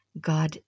God